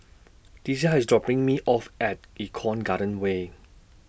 Deasia IS dropping Me off At Eco Garden Way